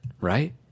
right